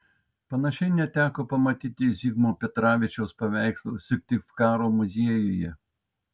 panašiai neteko pamatyti zigmo petravičiaus paveikslų syktyvkaro muziejuje